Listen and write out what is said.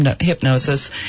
hypnosis